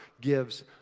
gives